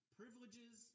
privileges